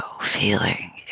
feeling